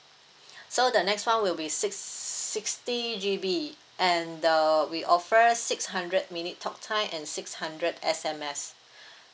so the next one will be six sixty G_B and the we offer six hundred minute talk time and six hundred S_M_S